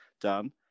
done